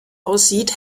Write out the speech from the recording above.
aussieht